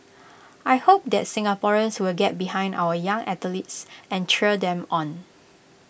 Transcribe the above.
I hope that Singaporeans will get behind our young athletes and cheer them on